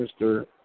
Mr